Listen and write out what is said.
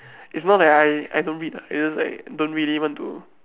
it's not that I I don't read lah it's just like don't need even to